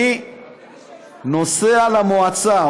אני נוסע למועצה,